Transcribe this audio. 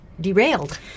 derailed